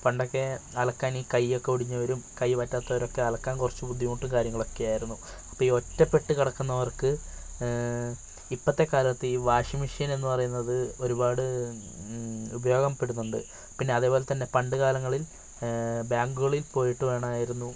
പണ്ടൊക്കെ അലക്കാൻ ഈ കയ്യൊക്കെ ഒടിഞ്ഞവരും കൈ പറ്റാത്തവരൊക്കെ അലക്കാൻ കുറച്ച് ബുദ്ധിമുട്ടും കാര്യങ്ങളൊക്കെ ആയിരുന്നു അപ്പോൾ ഈ ഒറ്റപ്പെട്ട് കിടക്കുന്നവർക്ക് ഇപ്പോഴത്തെക്കാലത്ത് ഈ വാഷിംഗ് മെഷീൻ എന്നു പറയുന്നത് ഒരുപാട് ഉപയോഗപ്പെടുന്നുണ്ട് പിന്നെ അതേപോലെതന്നെ പണ്ടു കാലങ്ങളിൽ ബാങ്കുകളിൽ പോയിട്ട് വേണമായിരുന്നു